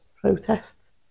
protests